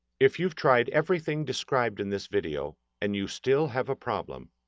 if you've tried everything described in this video and you still have a problem,